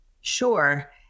Sure